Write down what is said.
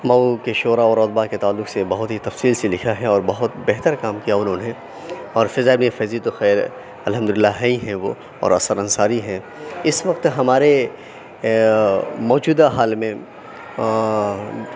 مئو کے شعراء اور ادب کے تعلق سے بہت ہی تفصیل سے لکھا ہے اور بہت بہتر کام کیا اُنہوں نے اور فضا اِبن فیضی تو خیر الحمد للہ ہیں ہی وہ اور اثر انصاری ہیں اِس وقت ہمارے موجودہ حال میں